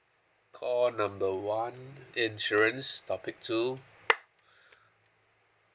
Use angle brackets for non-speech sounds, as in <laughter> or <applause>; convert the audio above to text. call number one insurance topic two <noise> <breath>